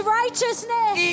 righteousness